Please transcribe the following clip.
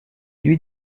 lui